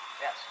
Yes